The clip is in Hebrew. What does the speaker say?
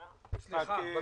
תודה.